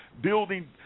building